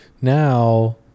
Now